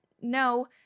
no